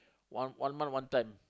one one month one time